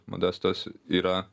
modestos yra